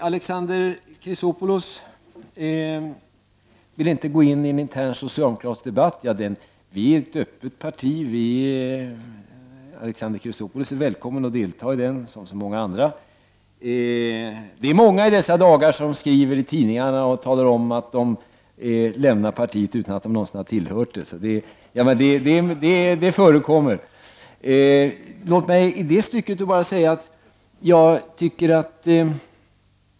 Alexander Chrisopoulos ville inte gå in i en intern socialdemokratisk debatt. Vi är ett öppet parti. Alexander Chrisopoulos är välkommen att delta i debatten som så många andra. Det är många som i dessa dagar skriver i tidningarna att de lämnar partiet utan att de någonsin har tillhört det! Det förekommer faktiskt!